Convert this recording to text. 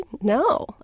No